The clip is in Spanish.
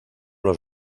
los